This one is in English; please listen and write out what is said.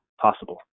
possible